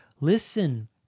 Listen